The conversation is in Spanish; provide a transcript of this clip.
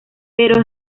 pero